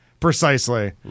Precisely